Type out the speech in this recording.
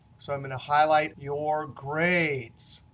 so i'm going to highlight your grades,